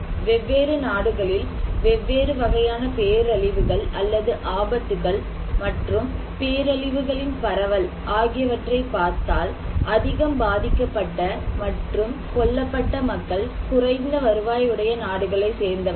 வெவ்வேறு நாடுகளில் வெவ்வேறு வகையான பேரழிவுகள் அல்லது ஆபத்துகள் மற்றும் பேரழிவுகளின் பரவல் ஆகியவற்றை பார்த்தால் அதிகம் பாதிக்கப்பட்ட மற்றும் கொல்லப்பட்ட மக்கள் குறைந்த வருவாய் உடைய நாடுகளை சேர்ந்தவர்கள்